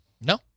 no